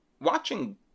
watching